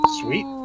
Sweet